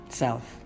self